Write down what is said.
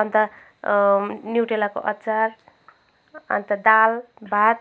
अन्त न्युटेलाको अचार अन्त दाल भात